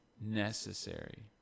necessary